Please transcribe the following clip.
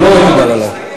לא מקובל עלי.